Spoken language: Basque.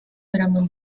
eraman